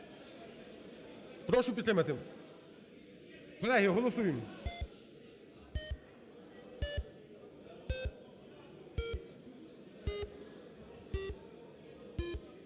Прошу підтримати. Колеги, голосуєм.